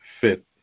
fit